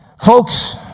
Folks